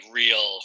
real